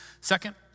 Second